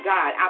God